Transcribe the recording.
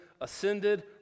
ascended